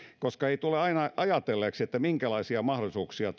koska ei tule aina ajatelleeksi minkälaisia mahdollisuuksia